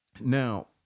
Now